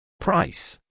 Price